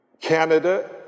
Canada